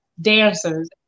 dancers